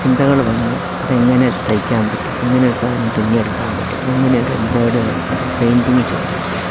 ചിന്തകള് വന്ന് അതെങ്ങനെ തയ്ക്കാൻ പറ്റും എങ്ങനെ ഒരു സാധനം തുന്നി എടുക്കാൻ പറ്റും എങ്ങനെ ഒരു എംബ്രോയ്ഡ് തയ്ക്കാം പെയിൻറ്റിങ് ചെയ്ത്